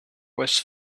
was